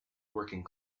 working